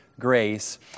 Grace